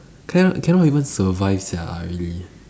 cannot cannot even survive sia really